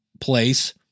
place